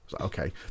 Okay